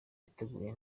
ateguye